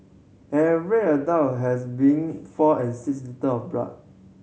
an average adult has between four and six litre of blood